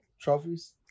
trophies